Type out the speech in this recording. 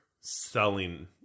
selling